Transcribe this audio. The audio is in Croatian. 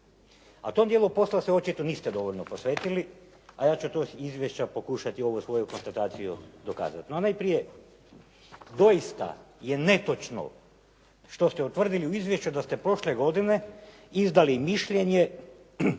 A tom dijelu posla se očito niste dovoljno posvetili, a ja ću ta izvješća pokušati u ovoj svojoj konstataciji dokazati. No, najprije, doista je netočno što ste utvrdili u izvješću da ste prošle godine izdali mišljenje